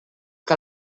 que